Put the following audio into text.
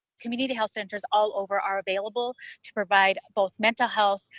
community health centers all over are available to provide both mental health,